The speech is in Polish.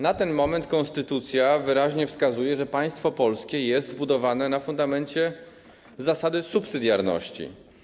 Na ten moment konstytucja wyraźnie wskazuje, że państwo polskie jest zbudowane na fundamencie zasady subsydiarności.